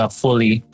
fully